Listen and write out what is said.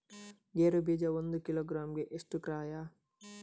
ಗೇರು ಬೀಜ ಒಂದು ಕಿಲೋಗ್ರಾಂ ಗೆ ಎಷ್ಟು ಕ್ರಯ?